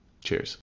Cheers